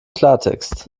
klartext